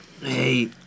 Hey